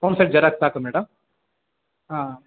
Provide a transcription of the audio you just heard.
ಒಂದ್ set xerox ಸಾಕಾ madam ಹಾಂ